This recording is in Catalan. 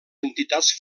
entitats